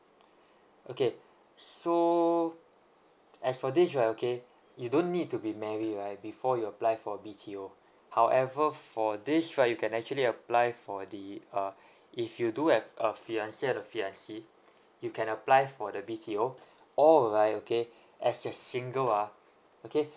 okay so as for this you are okay you don't need to be married right before you apply for B_T_O however for this right you can actually apply for the uh if you do have a fiance and a fiance you can apply for the B_T_O or right okay as a single ah okay